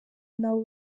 n’abo